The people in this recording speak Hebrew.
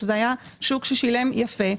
שהיה שוק ששילם יפה,